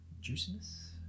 juiciness